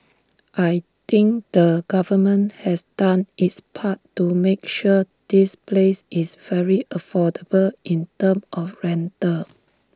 I think the government has done its part to make sure this place is very affordable in terms of rental